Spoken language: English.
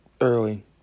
early